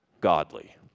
godly